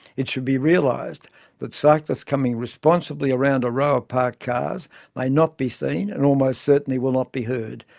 it should be realized that cyclists coming responsibly around a row of parked cars may not be seen and almost certainly will not be heard,